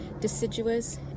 deciduous